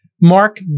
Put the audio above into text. Mark